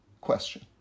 question